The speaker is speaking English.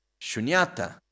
Shunyata